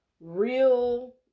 real